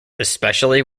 especially